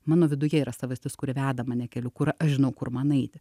mano viduje yra savastis kuri veda mane keliu kur aš žinau kur man eiti